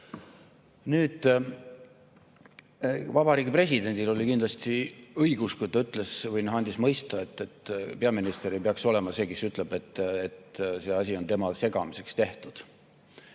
seda [huvi].Presidendil oli kindlasti õigus, kui ta ütles või andis mõista, et peaminister ei peaks olema see, kes ütleb, et see asi on tema segamiseks tehtud.